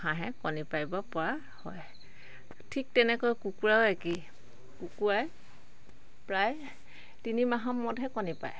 হাঁহে কণী পাৰিব পৰা হয় ঠিক তেনেকৈ কুকুৰাও একেই কুকুৰাই প্ৰায় তিনিমাহৰ মূৰতহে কণী পাৰে